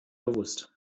bewusst